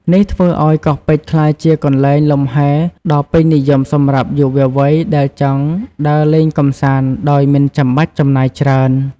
នេះធ្វើឱ្យកោះពេជ្រក្លាយជាកន្លែងលំហែដ៏ពេញនិយមសម្រាប់យុវវ័យដែលចង់ដើរលេងកម្សាន្តដោយមិនចាំបាច់ចំណាយច្រើន។